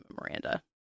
Miranda